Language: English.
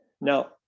Now